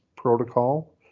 Protocol